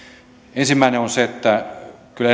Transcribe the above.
ensimmäinen on se että kyllä